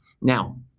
Now